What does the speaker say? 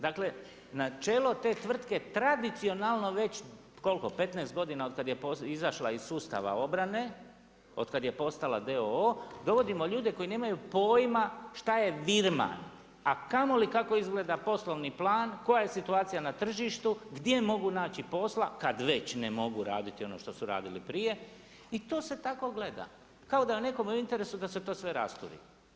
Dakle na čelo te tvrtke tradicionalno već, koliko, 15 godina otkada je izašla iz sustava obrane, otkada je postala d.o.o. dovodimo ljude koji nemaju pojma šta je virman a kamoli kako izgleda poslovni plan, koja je situacija na tržištu, gdje mogu naći posla kada već ne mogu raditi ono što su radili prije i to se tako gleda, kao da je nekome u interesu da se to sve rasturi.